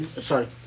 sorry